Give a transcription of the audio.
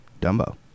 Dumbo